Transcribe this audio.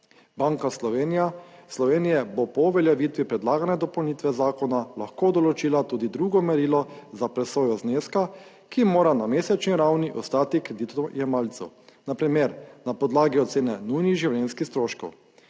Banka Slovenije bo po uveljavitvi predlagane dopolnitve zakona lahko določila tudi drugo merilo za presojo zneska, ki mora na mesečni ravni ostati kreditojemalcu, na primer na podlagi ocene nujnih življenjskih stroškov.